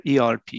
ERP